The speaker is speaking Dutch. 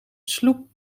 sloep